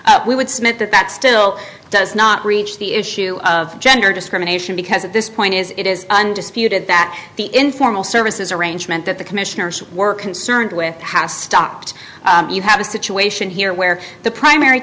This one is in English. submit that that still does not reach the issue of gender discrimination because at this point is it is undisputed that the informal services arrangement that the commissioners were concerned with has stopped you have a situation here where the primary